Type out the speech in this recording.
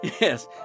yes